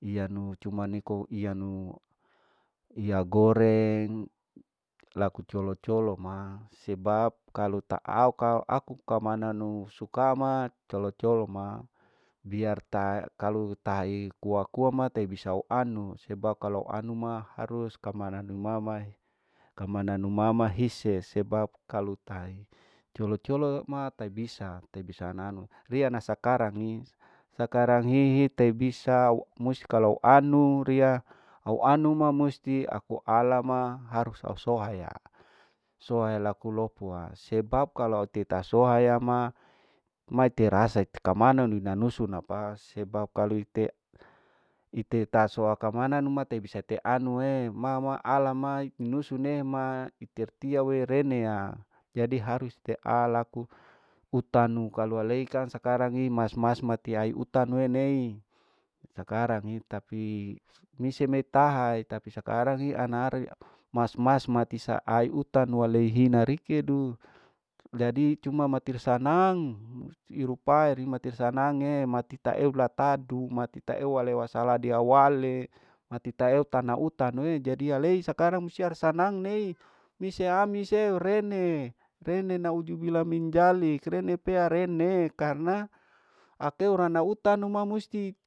Ianu cuma niko ianu, iya goreng laku colo colo ma sebab kalau ta akau aku kamananu suka ma colo colo ma, biar ta kalau tahai kua kua ma tei bisa ianu sebab kalu anu ma harus kamananu mama ee'kamananu mama hise sebab kalu tahi colo colo tai bisa, tai bisa ana anu riya nasakarang ni, sakarang hihi tai bisa au mus kalu anu riya au anu ma musti aku ala ma harus au sohaya, sohaya laku loko wa sebab kalu tita sohaya ma matei rasa kamanui ina nusu napa sebab kalu ite iteta soa kamanu tai bisa te anu'ee mama ala mai inusu ne me iter tia we rene aa jadi harus tea laku utanu kalau alei kang sakarang mas mas matiai utanu e'nei, sakarangi tapi misei mi tahae, tapi sakarang hi anare ma mas mas mati saanu utanu leihina rikedu jadi cuma matir sanang, irupai ri matir sanange matita eu latadu ma tita eu wasaladi au wale matitaeu tana utanu ejadi ya lei sakarang siar sanang nei misea ami seo rene, rene naujubilla minjalik rene pea rene karna akeu rana utanu ma musti.